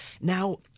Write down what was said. Now